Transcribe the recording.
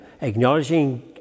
acknowledging